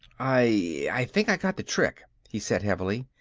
i i think i got the trick, he said heavily.